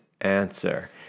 answer